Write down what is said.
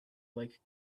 like